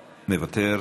מוותר,